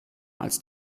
als